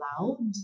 loud